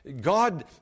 God